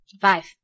Five